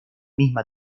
misma